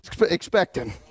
expecting